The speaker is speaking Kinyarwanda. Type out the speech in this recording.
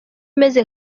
imeze